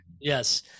Yes